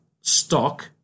stock